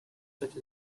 such